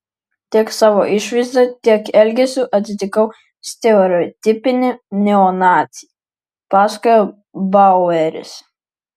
tiek savo išvaizda tiek elgesiu atitikau stereotipinį neonacį pasakoja baueris